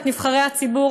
את נבחרי הציבור.